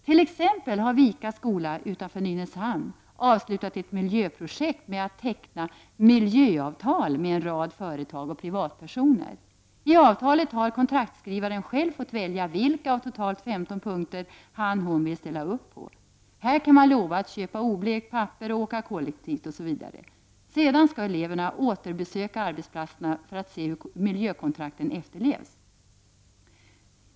T.ex. har Vika skola utanför Nynäshamn avslutat ett miljöprojekt med att teckna ”miljöavtal” med en rad företag och privatpersoner. I avtalet har kontraktskrivaren själv fått välja vilka av totalt 15 punkter han/hon vill ställa upp på. Här kan man lova att köpa oblekt papper och åka kollektivt osv. Sedan skall eleverna åter besöka arbetsplatserna för att se hur miljökontrakten efterlevs.